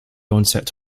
onset